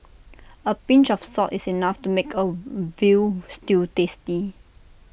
A pinch of salt is enough to make A Veal Stew tasty